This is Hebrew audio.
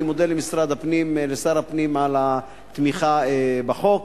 אני מודה למשרד הפנים ושר הפנים על התמיכה בחוק.